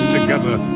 together